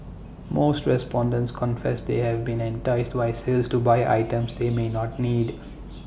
most respondents confess they have been enticed by sales to buy items they may not need